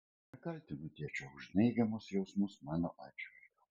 nekaltinu tėčio už neigiamus jausmus mano atžvilgiu